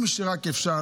לכל מי שרק אפשר,